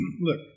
Look